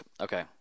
Okay